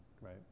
right